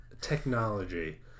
technology